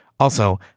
also,